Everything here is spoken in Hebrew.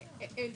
ב-30%,